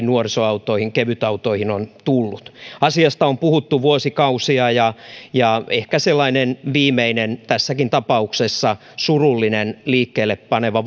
nuorisoautoihin kevytautoihin asiasta on puhuttu vuosikausia ja ja ehkä sellainen viimeinen tässäkin tapauksessa surullinen liikkeellepaneva